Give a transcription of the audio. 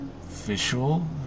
Visual